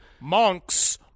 Monks